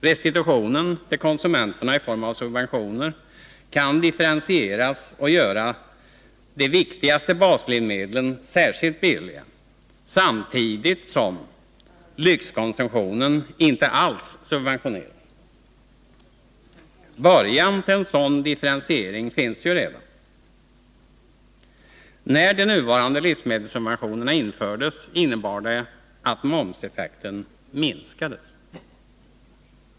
Restitution till konsumenterna i form av subventioner kan differentieras och göra de viktigaste baslivsmedlen särskilt billiga, samtidigt som lyxkonsumtionen inte alls subventioneras. Början till en sådan differentiering finns ju redan. När de nuvarande livsmedelssubventionerna infördes innebar det att momseffekten minskades.